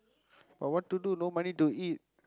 but what to do no money to eat